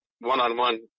one-on-one